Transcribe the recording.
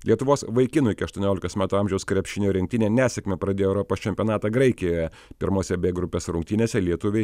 lietuvos vaikinų iki aštuoniolikos metų amžiaus krepšinio rinktinė nesėkme pradėjo europos čempionatą graikijoje pirmose b grupės rungtynėse lietuviai